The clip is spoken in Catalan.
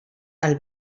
els